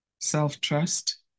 self-trust